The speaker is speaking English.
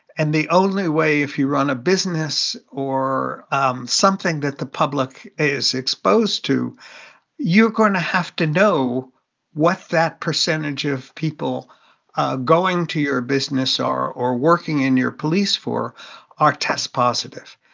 and the only way, if you run a business or um something that the public is exposed to you're going to have to know what that percentage of people ah going to your business or working in your police for are test positive.